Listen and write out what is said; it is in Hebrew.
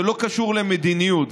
זה לא קשור למדיניות,